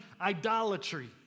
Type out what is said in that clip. idolatry